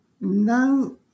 now